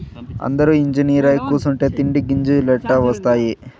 అందురూ ఇంజనీరై కూసుంటే తిండి గింజలెట్టా ఒస్తాయి